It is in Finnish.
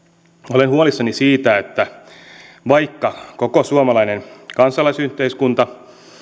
olen huolissani siitä että vaikka koko suomalainen kansalaisyhteiskunta